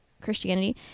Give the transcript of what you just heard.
Christianity